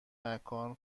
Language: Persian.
مکان